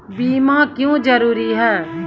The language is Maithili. बीमा क्यों जरूरी हैं?